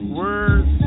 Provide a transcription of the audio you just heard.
words